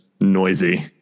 noisy